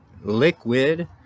liquid